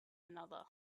another